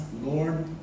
Lord